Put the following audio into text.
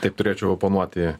taip turėčiau oponuoti